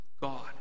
God